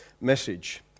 message